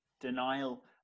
denial